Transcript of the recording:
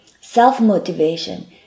self-motivation